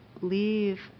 leave